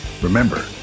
remember